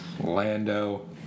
Lando